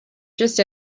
just